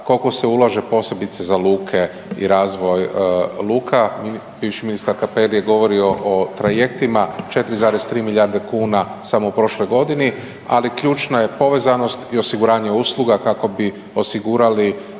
koliko se ulaže posebice za luke i razvoj luka? Bivši ministar Cappelli je govorio o trajektima 4,3 milijarde kuna samo u prošloj godini, ali ključno je povezanost i osiguranje usluga kako bi osigurali